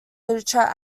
literature